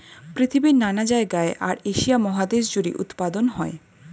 পৃথিবীর নানা জায়গায় আর এশিয়া মহাদেশ জুড়ে উৎপাদন হয়